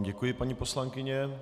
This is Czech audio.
Děkuji vám, paní poslankyně.